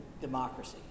democracy